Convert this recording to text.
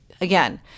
again